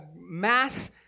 mass